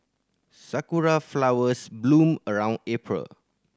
sakura flowers bloom around April